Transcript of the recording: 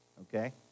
okay